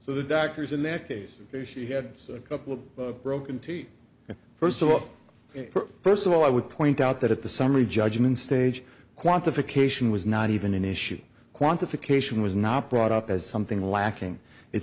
so the doctors in that case they she had so a couple of broken teeth first of all first of all i would point out that at the summary judgment stage quantification was not even an issue quantification was not brought up as something lacking it